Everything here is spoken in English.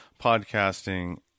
podcasting